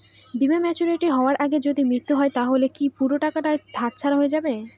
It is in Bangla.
বীমা ম্যাচিওর হয়ার আগেই যদি মৃত্যু হয় তাহলে কি পুরো টাকাটা হাতছাড়া হয়ে যাবে?